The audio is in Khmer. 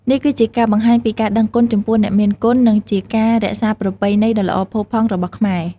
នេះជាការបង្ហាញពីការដឹងគុណចំពោះអ្នកមានគុណ និងជាការរក្សាប្រពៃណីដ៏ល្អផូរផង់របស់ខ្មែរ។